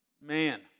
Man